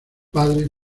padre